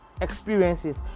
experiences